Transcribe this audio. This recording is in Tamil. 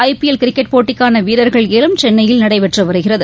ஐ பிஎல் கிரிக்கெட் போட்டிக்கானவீரர்கள் ஏலம் சென்னையில் நடைபெற்றுவருகிறது